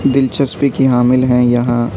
دلچسپی کی حامل ہیں یہاں